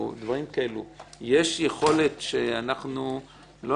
יש יכולת שאנחנו רק נראה אותן?